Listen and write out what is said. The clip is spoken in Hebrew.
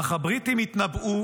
אך הבריטים התנבאו